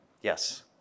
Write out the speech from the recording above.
Yes